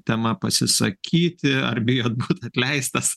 tema pasisakyti ar bijot būt atleistas